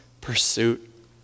pursuit